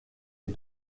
est